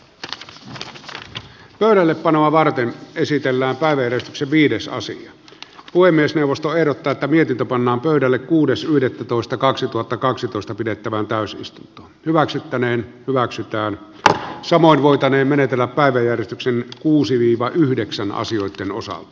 tälle pöydällepanoa varten esitellään vaan vertasi viidesosa puhemiesneuvosto ehdottaa että virka pannaan pöydälle kuudes yhdettätoista kaksituhattakaksitoista pidettävä täysi lista hyväksyttäneen hyväksytään että samoin voitaneen menetellä päiväjärjestyksen kuusi painaa päälle